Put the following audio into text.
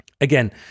again